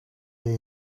leer